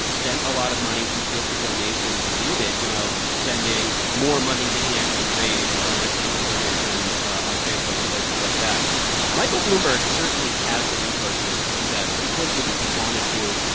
spent a lot of money to get the donations needed you know, spending more money than he actually raised trying to solicit donations on facebook and places like that michael bloomberg certainly has the resources to do that pretty quickly if he wanted to,